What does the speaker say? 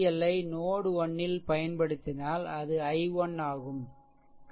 L I node 1 இல் பயன்படுத்தினால் அது i1 ஆகும்